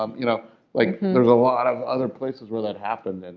um you know like there's a lot of other places where that happened. and